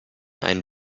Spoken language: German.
ein